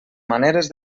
maneres